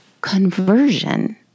conversion